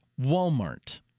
Walmart